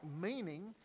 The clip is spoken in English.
meaning